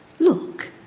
Look